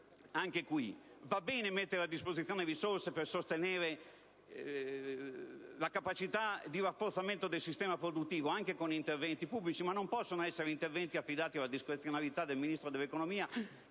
proposito, va bene mettere a disposizione risorse per sostenere la capacità di rafforzamento del sistema produttivo anche con interventi pubblici, ma non possono essere affidati alla discrezionalità del Ministro dell'economia